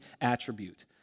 attribute